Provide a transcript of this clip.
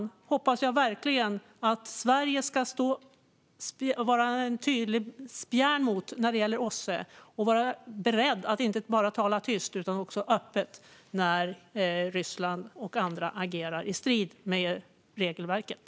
Jag hoppas verkligen att Sverige ska ta tydligt spjärn mot detta när det gäller OSSE och vara beredda att inte bara tala tyst utan också öppet när Ryssland och andra agerar i strid med regelverket.